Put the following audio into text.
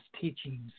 teachings